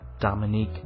dominique